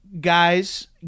guys